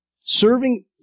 Serving